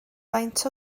faint